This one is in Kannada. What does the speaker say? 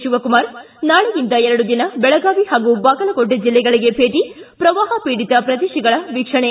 ಶಿವಕುಮಾರ್ ನಾಳೆಯಿಂದ ಎರಡು ದಿನ ಬೆಳಗಾವಿ ಹಾಗೂ ಬಾಗಲಕೋಟೆ ಜಿಲ್ಲೆಗಳಿಗೆ ಭೇಟಿ ಪ್ರವಾಹ ಪೀಡಿತ ಪ್ರದೇಶಗಳ ವೀಕ್ಷಣೆ